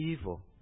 evil